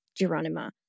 Geronima